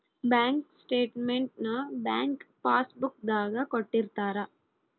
bank statement ನ bank passbook ದಾಗ ಕೊಟ್ಟಿರ್ತಾರ